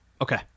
Okay